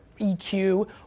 EQ